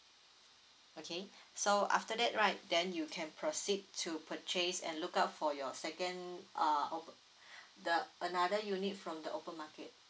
okay so after that right then you can proceed to purchase and look out for your second uh op~ the another unit from the open market